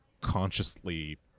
consciously